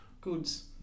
goods